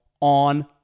on